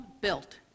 built